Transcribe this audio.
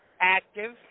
active